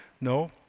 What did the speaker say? no